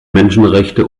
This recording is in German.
menschenrechte